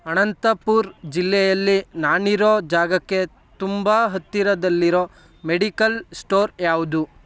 ಅನಂತಪುರ್ ಜಿಲ್ಲೆಯಲ್ಲಿ ನಾನು ಇರೋ ಜಾಗಕ್ಕೆ ತುಂಬ ಹತ್ತಿರದಲ್ಲಿರೋ ಮೆಡಿಕಲ್ ಸ್ಟೋರ್ ಯಾವುದು